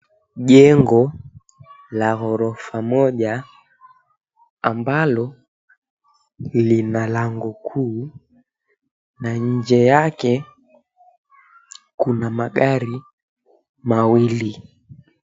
Jengo la ghorofa moja ambalo lina lango kuu na nje yake kuna magari mawili.